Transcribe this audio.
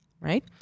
right